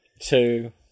two